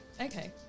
Okay